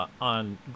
on